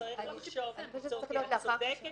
את צודקת